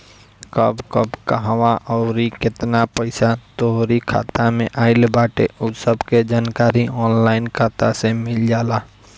कब कब कहवा अउरी केतना पईसा तोहरी खाता में आई बाटे उ सब के जानकारी ऑनलाइन खाता से मिल जाला